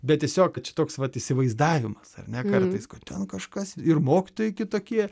bet tiesiog kad čia toks vat įsivaizdavimas ar ne kartais kad ten kažkas ir mokytojai kitokie